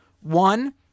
One